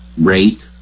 rate